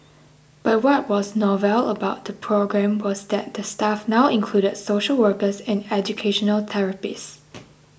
but what was novel about the programme was that the staff now included social workers and educational therapists